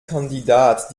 kandidat